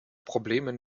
problemen